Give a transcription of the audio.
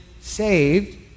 saved